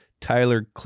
Tyler